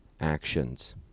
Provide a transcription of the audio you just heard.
actions